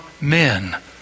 men